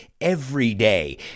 everyday